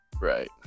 Right